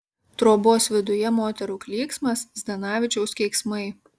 trobos viduje moterų klyksmas zdanavičiaus keiksmai